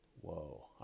whoa